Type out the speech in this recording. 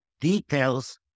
details